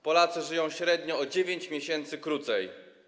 Polacy żyją średnio o 9 miesięcy krócej.